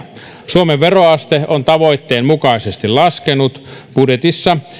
suomen veroaste on tavoitteen mukaisesti laskenut budjetissa